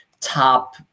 top